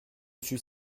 suis